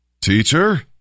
Teacher